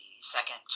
second